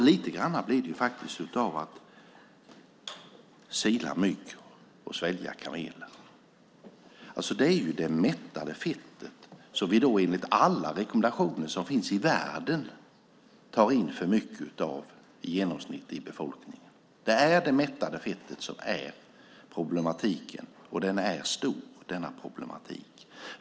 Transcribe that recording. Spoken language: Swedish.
Det blir lite grann som att sila mygg och svälja kameler. Det är det mättade fettet som vi enligt alla rekommendationer som finns i världen tar in för mycket av i genomsnitt i befolkningen. Det är det mättade fettet som är problematiken, och det är en stor problematik.